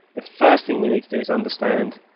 the first thing we need to do is understand